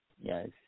Yes